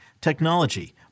technology